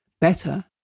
better